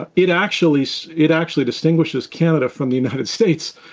ah it actually so it actually distinguishes canada from the united states.